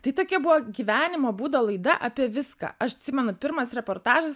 tai tokia buvo gyvenimo būdo laida apie viską aš atsimenu pirmas reportažas